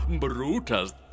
Brutus